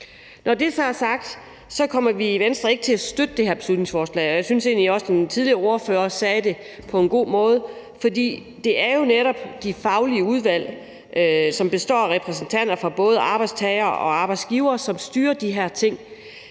Når det så er sagt, kommer vi i Venstre ikke til at støtte det her beslutningsforslag, og jeg synes egentlig også, at den tidligere ordfører sagde det på en god måde. For det er jo netop de faglige udvalg, som består af repræsentanter for både arbejdstagere og arbejdsgivere, som styrer de her ting.